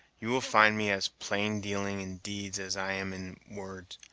you will find me as plaindealing in deeds as i am in words.